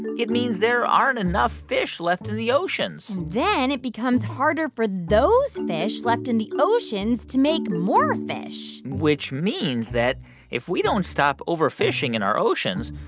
it means there aren't enough fish left in the oceans then it becomes harder for those fish left in the oceans to make more fish which means that if we don't stop overfishing in our oceans,